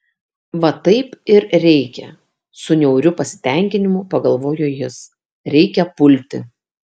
va taip ir reikia su niauriu pasitenkinimu pagalvojo jis reikia pulti